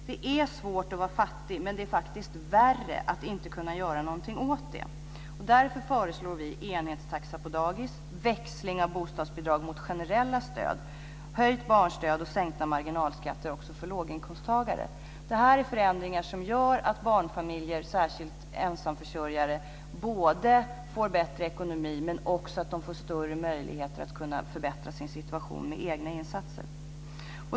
Det är svårt att vara fattig men det är värre att inte kunna göra någonting åt det. Därför föreslår vi enhetstaxa på dagis, växling av bostadsbidrag mot generella stöd, höjt barnstöd och sänkta marginalskatter också för låginkomsttagare. Det är förändringar som gör att barnfamiljer, särskilt ensamförsörjare, både får bättre ekonomi och större möjligheter att förbättra sin situation med egna insatser.